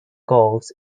goals